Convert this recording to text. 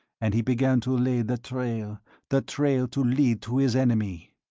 and he began to lay the trail the trail to lead to his enemy.